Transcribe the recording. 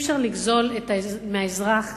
אי-אפשר לגזול מהאזרח